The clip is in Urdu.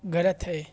غلط ہے